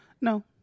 No